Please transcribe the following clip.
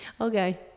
Okay